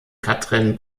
katrin